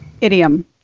idiom